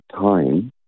time